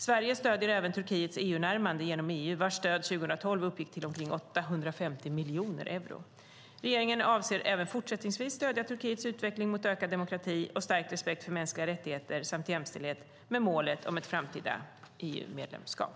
Sverige stöder även Turkiets EU-närmande genom EU, vars stöd 2012 uppgick till omkring 850 miljoner euro. Regeringen avser att även fortsättningsvis stödja Turkiets utveckling mot ökad demokrati och stärkt respekt för mänskliga rättigheter samt jämställdhet, med målet om ett framtida EU-medlemskap.